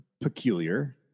Peculiar